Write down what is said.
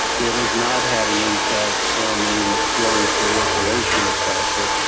it has not had an impact on the growing proliferation of plastic.